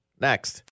next